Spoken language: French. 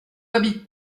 habite